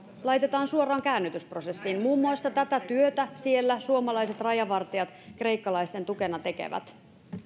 laitetaan suoraan käännytysprosessiin muun muassa tätä työtä siellä suomalaiset rajavartijat kreikkalaisten tukena tekevät